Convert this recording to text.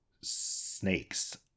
snakes